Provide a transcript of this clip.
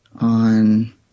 on